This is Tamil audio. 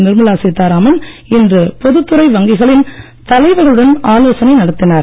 நிர்மலா சீதாராமன் இன்று பொதுத்துறை வங்கிகளின் தலைவர்களுடன் ஆலோசனை நடத்தினார்